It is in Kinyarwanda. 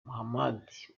muhamadi